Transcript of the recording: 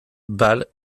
bâle